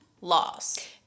laws